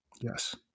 Yes